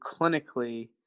clinically